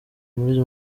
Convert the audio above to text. muri